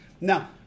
Now